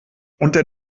unter